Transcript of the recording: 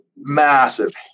massive